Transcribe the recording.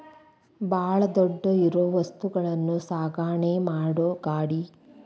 ಬಾಳ ದೊಡ್ಡ ಇರು ವಸ್ತುಗಳನ್ನು ಸಾಗಣೆ ಮಾಡು ಗಾಡಿ